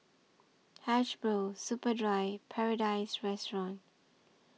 Hasbro Superdry Paradise Restaurant